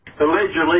allegedly